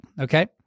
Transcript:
Okay